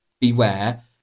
beware